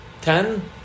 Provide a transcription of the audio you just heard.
ten